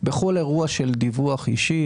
בכל אירוע של דיווח אישי,